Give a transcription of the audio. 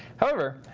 however,